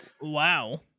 Wow